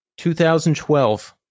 2012